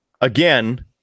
again